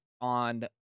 on